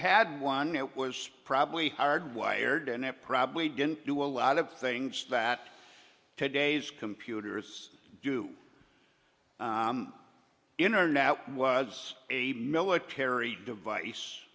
had one it was probably hard wired and it probably didn't do a lot of things that today's computers do internet was a military device